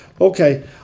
Okay